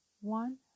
one